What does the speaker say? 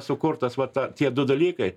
sukurtas va ta tie du dalykai